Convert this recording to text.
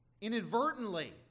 inadvertently